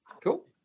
Cool